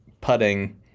putting